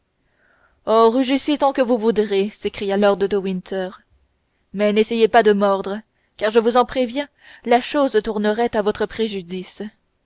rugissez tant que vous voudrez s'écria lord de winter mais n'essayez pas de mordre car je vous en préviens la chose tournerait à votre préjudice